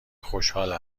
خوشحال